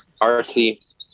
rc